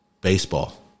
baseball